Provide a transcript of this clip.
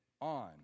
on